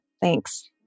Thanks